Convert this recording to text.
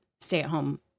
stay-at-home